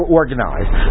organized